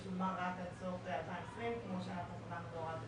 היא שולמה עד 2020 כמו שכתבנו בהוראת השעה.